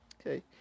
Okay